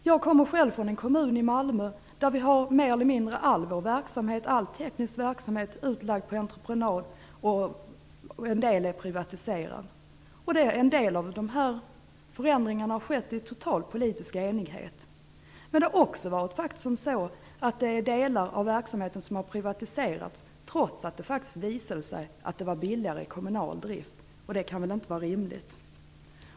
Jag kommer själv från en kommun, Malmö, där mer eller mindre all teknisk verksamhet är utlagd på entreprenad. En del av verksamheten är privatiserad. En del av dessa förändringar har skett i total politisk enighet. Men det har också faktiskt varit så att en del verksamheter har privatiserats trots att det visade sig att de var billigare i kommunal drift. Det kan väl inte vara rimligt?